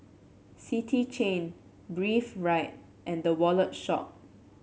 City Chain Breathe Right and The Wallet Shop